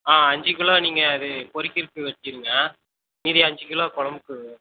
ஆ அஞ்சு கிலோ நீங்கள் இது பொரிக்குறதுக்கு வச்சிடுங்க மீதி அஞ்சு கிலோ குழம்புக்கு